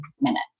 minutes